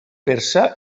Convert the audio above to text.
persa